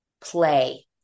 play